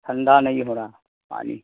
ٹھندہ نہیں ہو رہا پانی